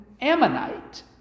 Ammonite